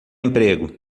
emprego